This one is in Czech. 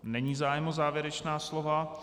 Není zájem o závěrečná slova.